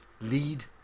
lead